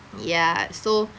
ya so